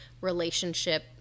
relationship